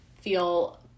feel